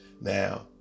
Now